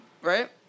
Right